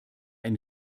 ein